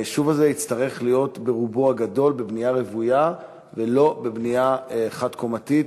היישוב הזה יצטרך להיות ברובו הגדול בבנייה רוויה ולא בבנייה חד-קומתית,